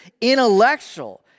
intellectual